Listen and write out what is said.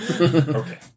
Okay